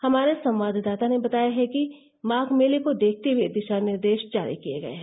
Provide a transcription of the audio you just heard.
हमारे संवाददाता ने बताया है कि माघ मेले को देखते हए दिशा निर्देश जारी किए गए हैं